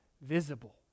visible